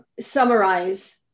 summarize